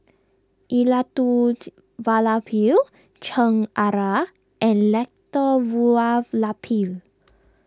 Elattuvalapil Chengara and Elattuvalapil